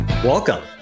Welcome